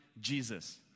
Jesus